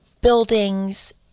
buildings